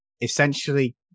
essentially